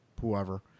whoever